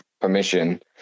permission